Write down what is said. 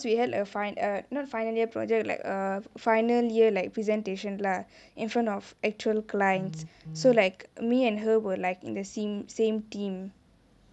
we had a fin~ err not final year project like a final year like presentation lah in front of actual clients so like me and her will like in the same same team